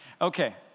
Okay